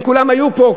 הם כולם היו פה,